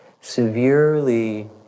severely